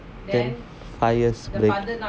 then five years break